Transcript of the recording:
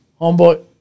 Homeboy